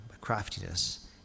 craftiness